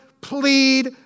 plead